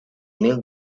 mil